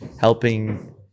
helping